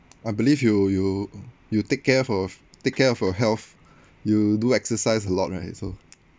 I believe you you you take care of take care of your health you do exercise a lot right so